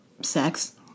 Sex